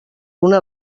una